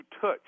touch